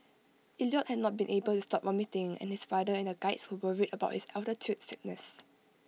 Elliot had not been able to stop vomiting and his father and the Guides were worried about his altitude sickness